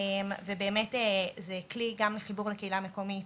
ובאמת זה כלי גם לחיבור לקהילה המקומית,